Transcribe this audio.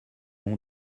nom